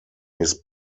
his